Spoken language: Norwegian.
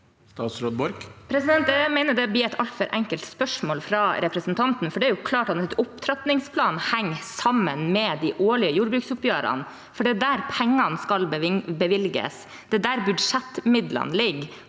Sandra Borch Jeg mener det blir et altfor enkelt spørsmål fra representanten. Det er klart at en opptrappingsplan henger sammen med de årlige jordbruksoppgjørene, for det er der pengene skal bevilges, det er der budsjettmidlene ligger,